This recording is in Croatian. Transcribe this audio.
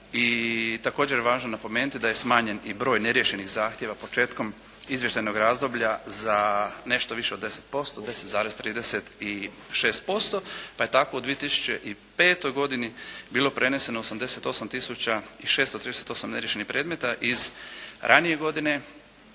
i također je važno napomenuti da je smanjen i broj neriješenih zahtjeva početkom izvještajnog razdoblja za nešto više od 10%, 10,36% pa je tako u 2005. godini bilo preneseno 88 tisuća i 638 neriješenih predmeta iz ranije godine,